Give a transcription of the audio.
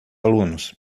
alunos